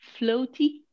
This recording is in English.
floaty